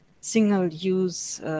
single-use